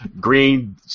green